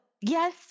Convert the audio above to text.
yes